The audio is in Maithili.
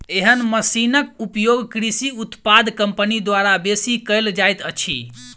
एहन मशीनक उपयोग कृषि उत्पाद कम्पनी द्वारा बेसी कयल जाइत अछि